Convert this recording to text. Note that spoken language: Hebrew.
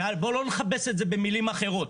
ובואו לא נכבס את זה במילים אחרות.